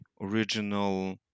original